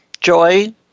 joy